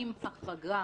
עם החרגה